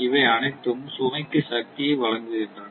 இவை அனைத்தும் சுமைக்கு சக்தியை வழங்குகின்றன